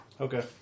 Okay